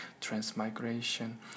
transmigration